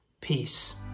Peace